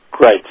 Great